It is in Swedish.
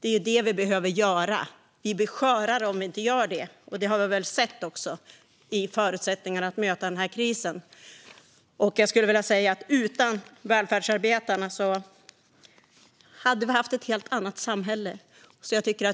Det är vad vi behöver göra. Vi blir skörare om vi inte gör det. Det har vi väl också sett i förutsättningarna att möta den här krisen. Utan välfärdsarbetarna hade vi haft ett helt annat samhälle.